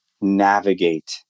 navigate